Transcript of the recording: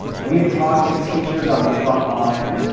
we have talked to teachers on the front line,